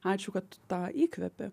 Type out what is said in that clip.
ačiū kad tu tą įkvėpi